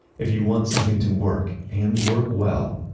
if you want something to work and work well,